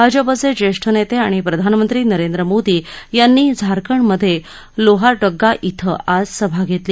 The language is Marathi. भाजपाचे ज्येष्ठ नेते आणि प्रधानमंत्री नरेंद्र मोदी यांनी झारखंडमध्ये लोहारडग्गा ब्रें आज सभा घेतली